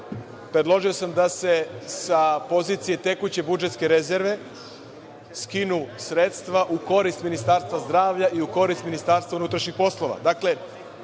predložio sam da se sa pozicije tekuće budžetske rezerve skinu sredstva u korist Ministarstva zdravlja i u korist Ministarstva unutrašnjih poslova.